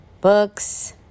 books